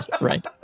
Right